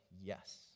yes